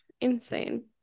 Insane